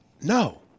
No